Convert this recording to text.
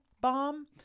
bomb